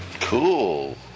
Cool